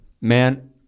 man